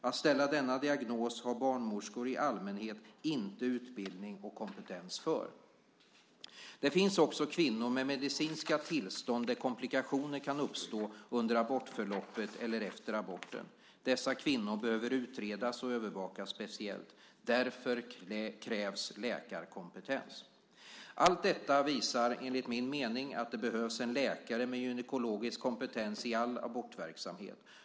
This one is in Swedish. Att ställa denna diagnos har barnmorskor i allmänhet inte utbildning och kompetens för. Det finns också kvinnor med medicinska tillstånd där komplikationer kan uppstå under abortförloppet eller efter aborten. Dessa kvinnor behöver utredas och övervakas speciellt. Därför krävs läkarkompetens. Allt detta visar, enligt min mening, att det behövs en läkare med gynekologisk kompetens i all abortverksamhet.